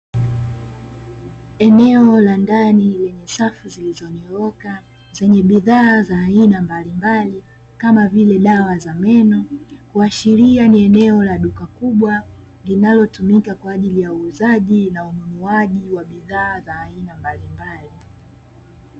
Eneo la ndani lenye safu zilizonyoka, zenye bidhaa za aina mbalimbali kama vile dawa za meno. Kuashiria ni eneo la duka kubwa, linalotumika kwa ajili ya uuzaji na ununuaji wa bidhaa za aina mbalimbali.